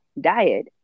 diet